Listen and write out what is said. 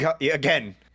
Again